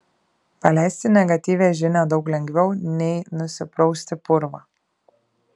paleisti negatyvią žinią daug lengviau nei nusiprausti purvą